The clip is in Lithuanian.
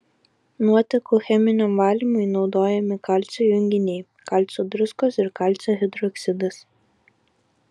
nuotekų cheminiam valymui naudojami kalcio junginiai kalcio druskos ir kalcio hidroksidas